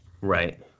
Right